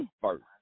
first